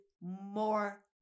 more